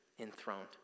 enthroned